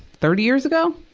thirty years ago,